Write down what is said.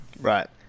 Right